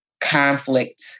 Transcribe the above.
conflict